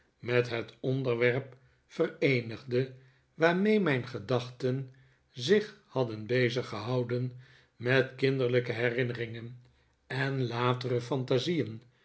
met het onderwerp vereenigde waarmee mijn gedachten zich hadden beziggehouden met kinderlijke herinneringen en latere fantasieen